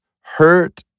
hurt